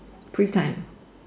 free time